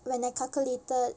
when I calculated